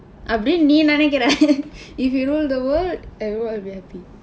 அப்படி நீ நினைக்கிற:appadi nii ninaikkira if you rule the world everyone will be happy